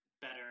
better